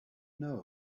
know